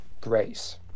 grace